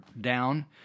down